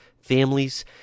families